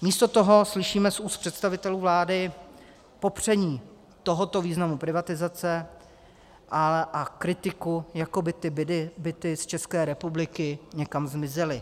Místo toho slyšíme z úst představitelů vlády popření tohoto významu privatizace a kritiku, jako by ty byty z České republiky někam zmizely.